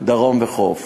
הדרום והחוף.